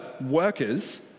workers